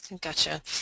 Gotcha